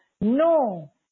No